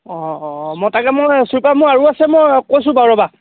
অঁ অঁ মই তাকে মই ছুইপাৰ মোৰ আৰু আছে মই কৈছোঁ বাৰু ৰ'বা